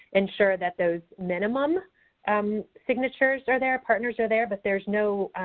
ensure that those minimum um signatures are there, partners are there, but there's no,